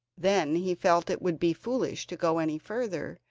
then he felt it would be foolish to go any further,